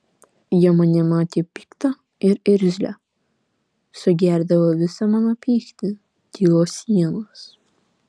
jie mane matė piktą ir irzlią sugerdavo visą mano pyktį tylos sienas